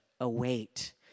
await